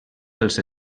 dels